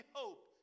hope